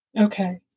Okay